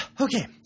Okay